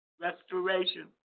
restoration